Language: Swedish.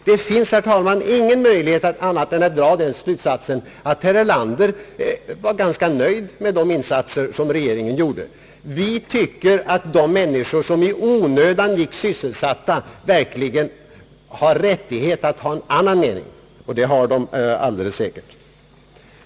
Det finns, herr talman, ingen möjlighet att dra någon annan slutsats än att herr Erlander var ganska nöjd med de insatser som regeringen gjorde. Vi tycker att de människor som i onödan gick arbetslösa verkligen har rättighet att hysa en annan mening — och det har de alldeles säkert.